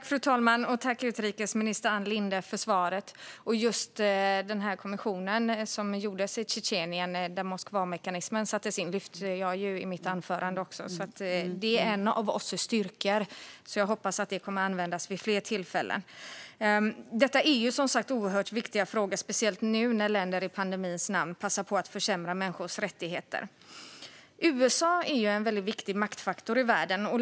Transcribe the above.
Fru talman! Tack, utrikesminister Ann Linde, för svaret! Just den här kommissionen i Tjetjenien där Moskvamekanismen sattes in lyfte också jag fram i mitt anförande. Det är en av OSSE:s styrkor, så jag hoppas att det kommer att användas vid fler tillfällen. Detta är som sagt oerhört viktiga frågor, speciellt nu när länder i pandemins namn passar på att försämra människors rättigheter. USA är en väldigt viktig maktfaktor i världen.